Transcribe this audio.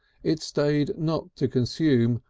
it stayed not to consume,